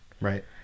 Right